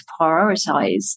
prioritize